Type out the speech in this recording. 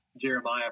Jeremiah